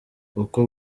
uko